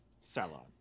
Salon